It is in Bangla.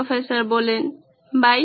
professor by